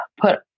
put